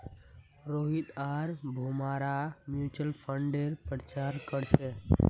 रोहित आर भूमरा म्यूच्यूअल फंडेर प्रचार कर छेक